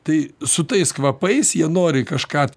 tai su tais kvapais jie nori kažką